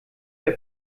wer